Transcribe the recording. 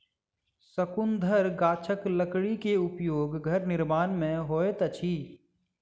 शंकुधर गाछक लकड़ी के उपयोग घर निर्माण में होइत अछि